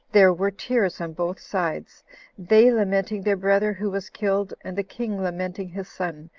their were tears on both sides they lamenting their brother who was killed, and the king lamenting his son,